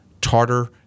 tartar